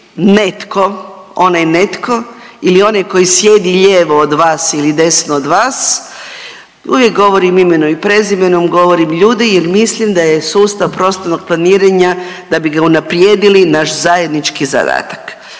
netko, onaj netko ili onaj koji sjedi lijevo od vas ili desno od vas, uvijek govorim imenom i prezimenom, govorim ljudi jer mislim da je sustav prostornog planiranja da bi ga unaprijedili naš zajednički zadatak.